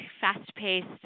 fast-paced